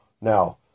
Now